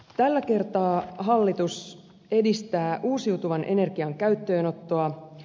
tällä kertaa hallitus edistää uusiutuvan energian käyttöönottoa